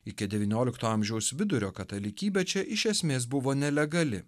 iki devyniolikto amžiaus vidurio katalikybė čia iš esmės buvo nelegali